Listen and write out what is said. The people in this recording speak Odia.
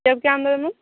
ଦଉନୁ